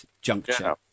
juncture